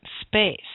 space